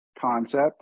concept